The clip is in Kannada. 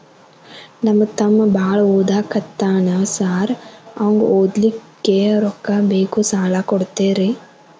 ನಮ್ಮ ತಮ್ಮ ಬಾಳ ಓದಾಕತ್ತನ ಸಾರ್ ಅವಂಗ ಓದ್ಲಿಕ್ಕೆ ರೊಕ್ಕ ಬೇಕು ಸಾಲ ಕೊಡ್ತೇರಿ?